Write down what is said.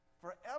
forever